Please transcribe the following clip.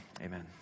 Amen